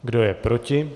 Kdo je proti?